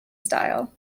style